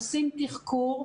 עושים תחקור,